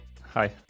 Hi